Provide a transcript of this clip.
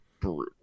brutal